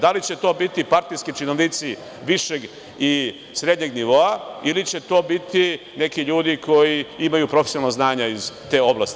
Da li će to biti partijski činovnici višeg i srednjeg nivoa, ili će to biti neki ljudi koji imaju profesionalno znanje iz te oblasti?